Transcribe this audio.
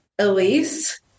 Elise